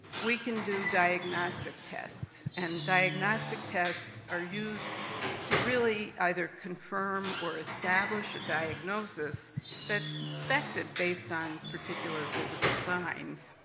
we can do diagnostic tests, and diagnostic tests are used to really either confirm or establish a diagnosis that's suspected, based on particular physical signs.